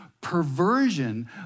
Perversion